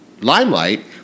limelight